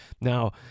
Now